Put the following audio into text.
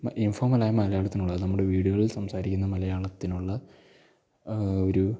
ഇൻഫോർമലായ മലയാളത്തിനുള്ളത് നമ്മുടെ വീടുകളിൽ സംസാരിക്കുന്ന മലയാളത്തിനുള്ള ഒരു